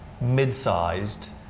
mid-sized